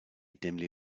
dimly